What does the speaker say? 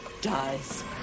dies